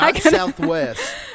southwest